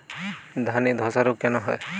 ধানে ধসা রোগ কেন হয়?